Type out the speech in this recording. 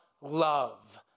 love